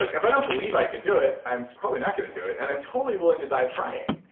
like if i don't believe i can do it, i'm probably not going to do it, and i'm totally willing to die trying.